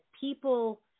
people